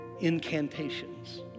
incantations